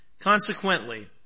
Consequently